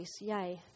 yay